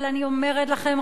אבל אני אומרת לכם,